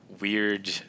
weird